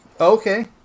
Okay